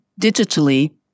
digitally